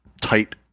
tight